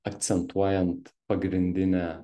akcentuojant pagrindinę